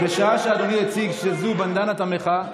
בשעה שאדוני הציג שמדובר בבנדנת המחאה,